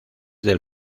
del